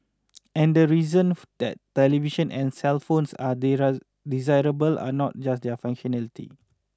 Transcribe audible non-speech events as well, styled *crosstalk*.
and the reason *hesitation* that television and cellphones are *unintelligible* desirable are not just their functionality